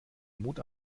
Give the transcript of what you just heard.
mut